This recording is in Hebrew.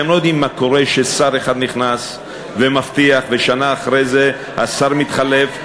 אתם לא יודעים מה קורה כששר אחד נכנס ומבטיח ושנה אחרי זה השר מתחלף,